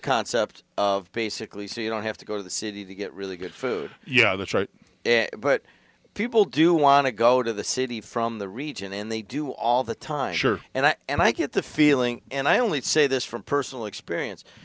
concept basically so you don't have to go to the city to get really good food yeah that's right but people do want to go to the city from the region in they do all the time and i and i get the feeling and i only say this from personal experience